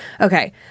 Okay